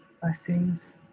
blessings